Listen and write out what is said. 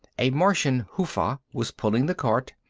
a martian hufa was pulling the cart,